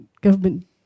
government